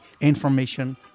information